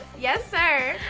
yes, sir.